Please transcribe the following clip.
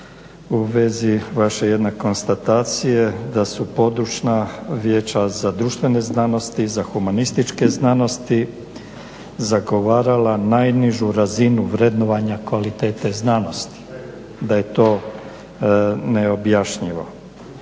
u vezi vaše jedne konstatacije da su područna vijeća za društvene znanosti, za humanističke znanosti, zagovarala najnižu razinu vrednovanja kvalitete znanosti, da je to neobjašnjivo.